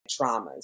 traumas